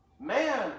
Man